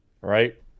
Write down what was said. Right